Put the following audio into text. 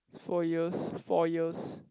four years four years